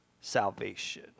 salvation